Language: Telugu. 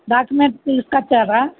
డాక్యుమెంట్స్ తీసుకొచ్చారా